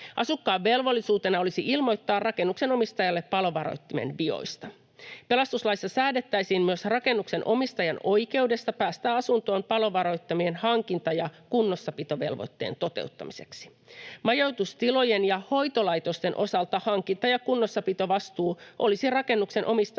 Asukkaan velvollisuutena olisi ilmoittaa rakennuksen omistajalle palovaroittimen vioista. Pelastuslaissa säädettäisiin myös rakennuksen omistajan oikeudesta päästä asuntoon palovaroittimien hankinta- ja kunnossapitovelvoitteen toteuttamiseksi. Majoitustilojen ja hoitolaitosten osalta hankinta- ja kunnossapitovastuu olisi rakennuksen omistajan sijasta